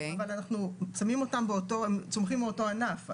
אבל הם צומחים מאותו ענף.